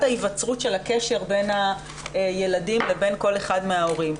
ההיווצרות של הקשר בין הילדים לבין כל אחד מההורים.